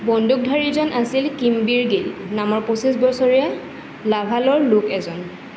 বন্দুকধাৰীজন আছিল কিমবীৰ গিল নামৰ পঁচিছ বছৰীয়া লাভালৰ লোক এজন